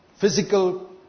physical